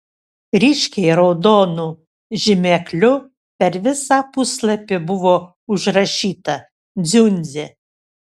ryškiai raudonu žymekliu per visą puslapį buvo užrašyta dziundzė